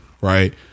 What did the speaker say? right